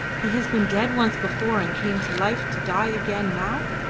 he has been dead once before, and came to life to die again now.